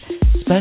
special